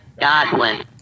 Godwin